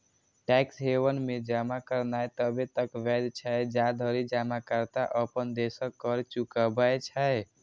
tax haven मे जमा करनाय तबे तक वैध छै, जाधरि जमाकर्ता अपन देशक कर चुकबै छै